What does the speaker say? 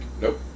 Nope